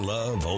Love